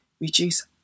reduce